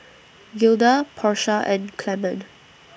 Gilda Porsha and Clemon